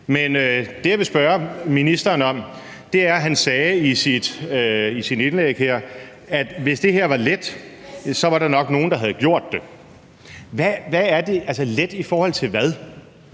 Men jeg vil spørge ministeren om noget. Han sagde i sit indlæg, at hvis det her var let, så var der nok nogle, der havde gjort det. Let i forhold til hvad?